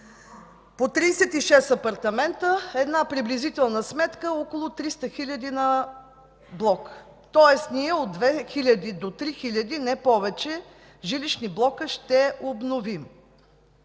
36 апартамента, е една приблизителна сметка около 300 хиляди на блок. Тоест ние от две хиляди до три хиляди, не повече, жилищни блока ще обновим.